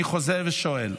אני חוזר ושואל: